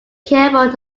careful